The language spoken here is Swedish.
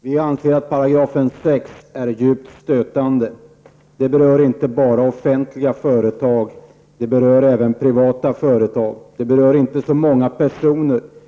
Herr talman! Vi anser att 6 § är djupt stötande. Den berör inte bara offentliga företag, utan den berör även privata företag. Den berör inte så många personer.